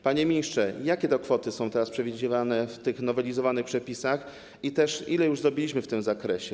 Panie ministrze, jakie kwoty są teraz przewidziane w tych nowelizowanych przepisach i ile już zrobiliśmy w tym zakresie?